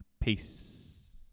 peace